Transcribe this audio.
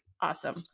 awesome